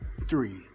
three